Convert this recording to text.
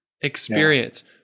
experience